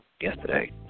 yesterday